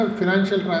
financial